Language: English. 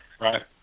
Right